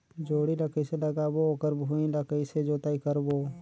जोणी ला कइसे लगाबो ओकर भुईं ला कइसे जोताई करबो?